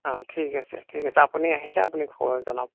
অঁ ঠিক আছে ঠিক আছে আপুনি আহিলে আপুনি জনাব